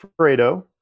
Fredo